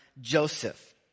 Joseph